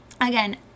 again